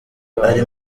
ari